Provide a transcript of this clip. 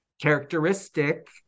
characteristic